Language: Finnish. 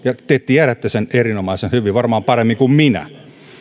ja te tiedätte sen erinomaisen hyvin varmaan paremmin kuin minä